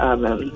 Amen